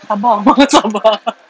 abang abang